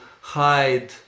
hide